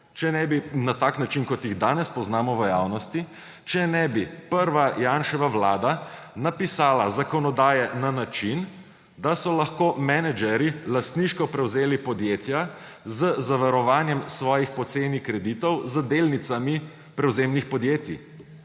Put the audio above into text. če ne bi na tak način, kot jih danes poznamo v javnosti, če ne bi prva Janševa vlada napisala zakonodaje na način, da so lahko menedžerji lastniško prevzeli podjetja z zavarovanjem svojih poceni kreditov z delnicami prevzemnih podjetij.